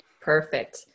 Perfect